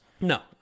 no